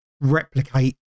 replicate